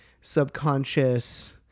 subconscious